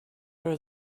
are